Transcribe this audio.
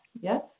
Yes